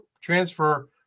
transfer